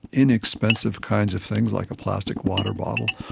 inexpensive kinds of things, like a plastic water bottle,